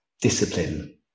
discipline